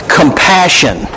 compassion